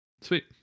Sweet